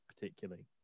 particularly